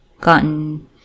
gotten